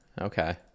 Okay